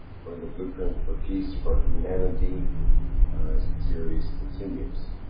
for the blueprint for peace for humanity series continues.